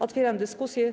Otwieram dyskusję.